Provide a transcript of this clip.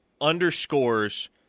underscores